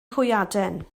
hwyaden